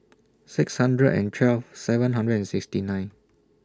six hundred and twelve seven hundred and sixty nine